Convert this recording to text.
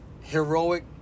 heroic